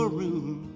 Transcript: room